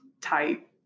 tight